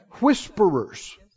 Whisperers